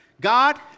God